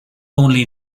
only